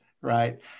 right